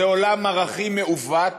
זה עולם ערכים מעוות,